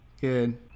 Good